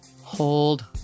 Hold